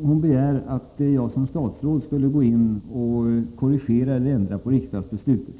hon begär att jag som statsråd skulle ta initiativ till att korrigera eller ändra på riksdagsbeslutet.